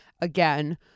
again